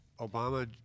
Obama